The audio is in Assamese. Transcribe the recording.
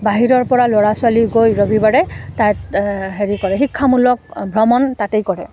বাহিৰৰ পৰা ল'ৰা ছোৱালী গৈ ৰবিবাৰে তাত হেৰি কৰে শিক্ষামূলক ভ্ৰমণ তাতেই কৰে